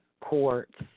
courts